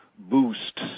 boost